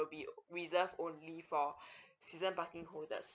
be reserved only for season parking holders